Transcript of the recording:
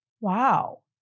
Wow